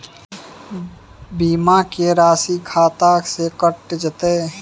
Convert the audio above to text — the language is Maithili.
बीमा के राशि खाता से कैट जेतै?